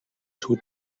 two